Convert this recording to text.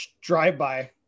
drive-by